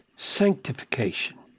Sanctification